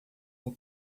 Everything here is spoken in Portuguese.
vou